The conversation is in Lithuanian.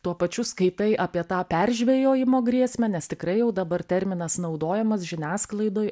tuo pačiu skaitai apie tą peržvejojimo grėsmę nes tikrai jau dabar terminas naudojamas žiniasklaidoj